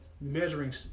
measuring